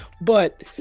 but-